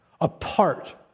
apart